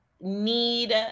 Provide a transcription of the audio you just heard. need